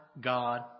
God